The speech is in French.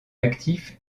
actif